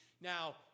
now